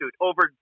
over